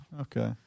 Okay